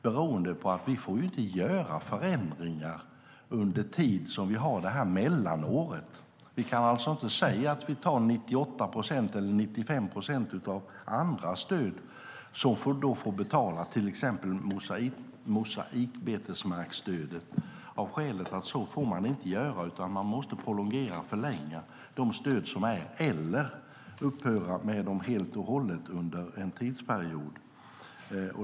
Det beror på att vi inte får göra förändringar under den tid vi har det här mellanåret. Vi kan alltså inte säga att vi tar 98 procent eller 95 procent av andra stöd, som då får betala mosaikbetesmarksstödet. Skälet är att man inte får göra så, utan man måste prolongera - förlänga - de stöd som är eller upphöra med dem helt och hållet under en tidsperiod.